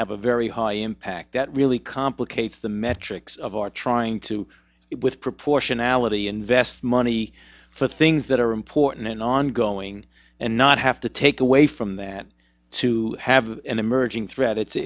have a very high impact that really complicates the metrics of our trying to with proportionality invest money for things that are important and ongoing and not have to take away from that to have an emerging threat it's